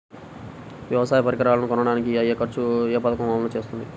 వ్యవసాయ పరికరాలను కొనడానికి అయ్యే ఖర్చు ఏ పదకము అమలు చేస్తుంది?